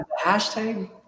hashtag